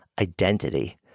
identity